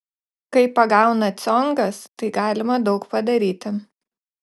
kai pagauna ciongas tai galima daug padaryti